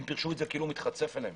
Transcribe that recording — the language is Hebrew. הם פירשו את זה כאילו מתחצף אליהם.